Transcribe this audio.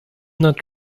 not